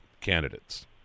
candidates